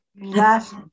last